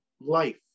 life